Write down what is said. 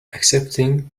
accepting